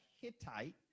Hittite